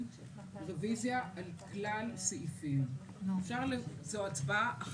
אם היא מסירה את זכותה אז זכותה להחליט שאפשר לגשת ישר להצבעה.